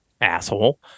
asshole